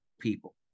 people